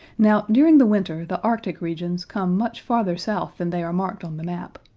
now, during the winter the arctic regions come much farther south than they are marked on the map.